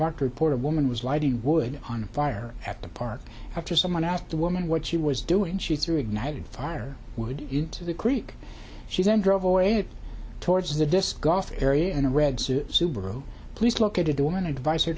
park reported woman was lighting wood on fire at the park after someone asked the woman what she was doing she threw ignited fire wood into the creek she then drove away towards the disc golf area in a red suit subaru police located the woman advise